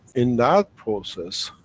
in that process,